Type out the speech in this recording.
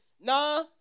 nah